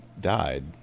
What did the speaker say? died